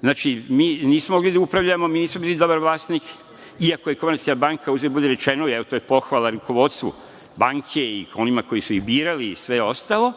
Znači, mi nismo mogli da upravljamo, mi nismo bili dobar vlasnik, iako je „Komercijalna banka“ uzgred budi rečeno, jel, to je pohvala rukovodstvu banke i onima koji su i birali i sve ostalo,